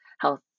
health